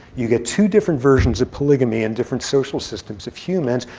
you get two different versions of polygamy in different social systems of humans.